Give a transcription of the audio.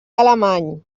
alemany